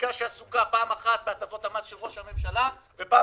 חקיקה שעסוקה פעם אחת בהטבות המס של ראש הממשלה ובפעם